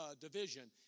division